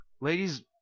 Ladies